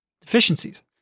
deficiencies